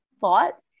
thought